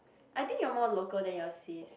I think you are more local than your sis